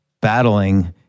battling